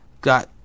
got